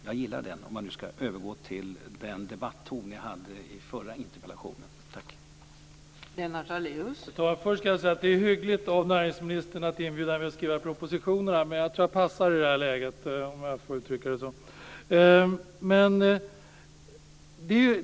Jag gillar det, om jag nu ska övergå till den debatton som ni hade i den förra interpellationsdebatten.